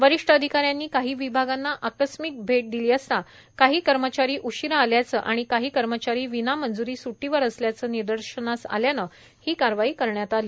वरिष्ठ अधिकाऱ्यांनी काही विभागांना आकस्मिक भेट दिली असता काही कर्मचारी उशिरा आल्याचं आणि काही कर्मचारी विनामंज्री स्टीवर असल्याचं निदर्शनास आल्याने ही कारवाई करण्यात आली